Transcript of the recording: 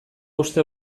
uste